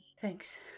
Thanks